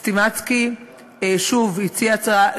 "סטימצקי" שוב הציעה הצעה,